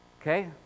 Okay